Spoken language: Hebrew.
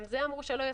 גם זה אמרו שלא ישים.